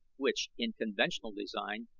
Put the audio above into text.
which, in conventional design,